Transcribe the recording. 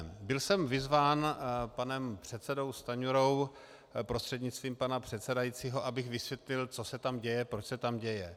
Byl jsem vyzván panem předsedou Stanjurou, prostřednictvím pana předsedajícího, abych vysvětlil, co se tam děje, proč se tam děje.